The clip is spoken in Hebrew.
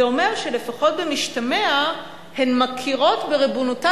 זה אומר שלפחות במשתמע הן מכירות בריבונותה